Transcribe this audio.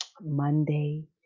Monday